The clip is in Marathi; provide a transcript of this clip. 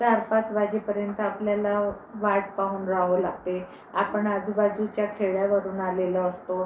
चारपाच वाजेपर्यंत आपल्याला वाट पाहून राहावं लागते आपण आजूबाजूच्या खेड्यावरून आलेलो असतो